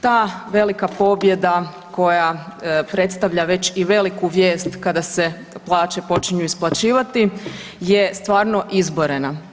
Ta velika pobjeda koja predstavlja već i veliku vijest kada se plaće počinju isplaćivati je stvarno izborena.